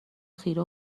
خیره